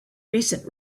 recent